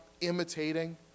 imitating